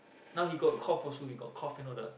now he got cough also he got cough and all the